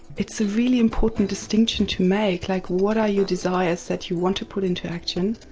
it's a really important distinction to make. like what are your desires that you want to put into action,